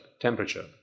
temperature